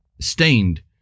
stained